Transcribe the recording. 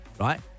right